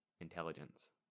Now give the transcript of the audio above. intelligence